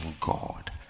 God